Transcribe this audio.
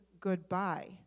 goodbye